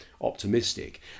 optimistic